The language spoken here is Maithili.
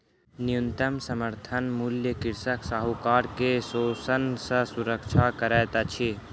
न्यूनतम समर्थन मूल्य कृषक साहूकार के शोषण सॅ सुरक्षा करैत अछि